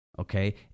Okay